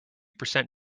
percent